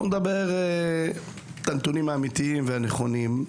בואו נדבר את הנתונים האמיתיים והנכונים.